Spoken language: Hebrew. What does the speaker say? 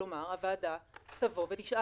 הוועדה תבוא ותשאל,